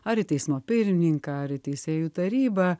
ar į teismo pirmininką ar į teisėjų tarybą